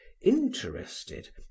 interested